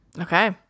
Okay